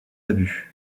abus